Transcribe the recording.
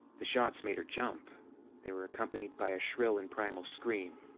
the shots made her jump they were accompanied by a shrill and primal scream.